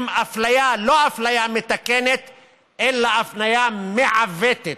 עם אפליה, לא אפליה מתקנת, אלא אפליה מעוותת,